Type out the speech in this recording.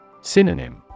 Synonym